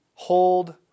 Hold